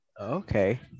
Okay